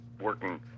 working